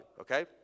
okay